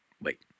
wait